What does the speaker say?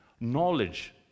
Knowledge